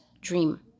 dream